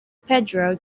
pedro